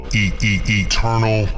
eternal